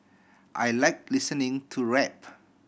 I like listening to rap